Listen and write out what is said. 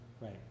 Right